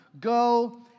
go